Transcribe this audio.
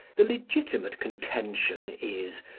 the legitimate contention is,